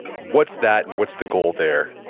what's that and what's the goal there?